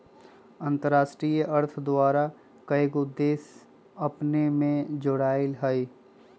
अंतरराष्ट्रीय अर्थ द्वारा कएगो देश अपने में जोरायल हइ